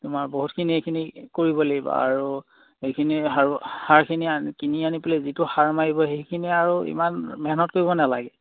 তোমাৰ বহুতখিনি এইখিনি কৰিব লাগিবা আৰু সেইখিনি সাৰো সাৰখিনি কিনি আনি পেলাই যিটো সাৰ মাৰিব সেইখিনি আৰু ইমান মেহনত কৰিব নালাগে